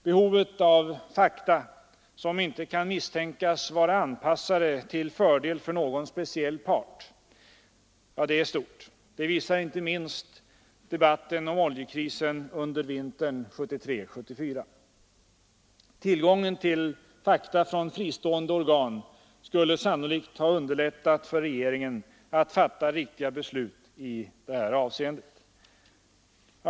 Behovet av ”fakta” som inte kan misstänkas vara anpassade för att vara till fördel för någon speciell part är stort. Det visar inte minst debatten om oljekrisen under vintern 1973-1974. Tillgången till fakta från fristående organ skulle sannolikt ha underlättat för regeringen att fatta riktiga beslut i det här avseendet.